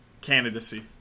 candidacy